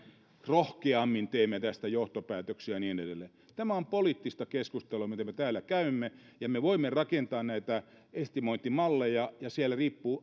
rohkeammin teemme tästä johtopäätöksiä ja niin edelleen tämä on poliittista keskustelua mitä me täällä käymme me voimme rakentaa näitä estimointimalleja ja tulos riippuu